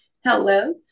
hello